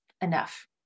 enough